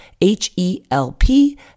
H-E-L-P